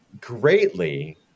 Greatly